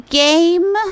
game